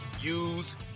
use